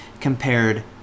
compared